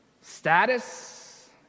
status